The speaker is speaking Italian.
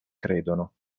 credono